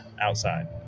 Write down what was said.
outside